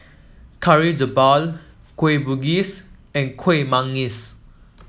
Kari Debal Kueh Bugis and Kueh Manggis